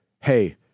hey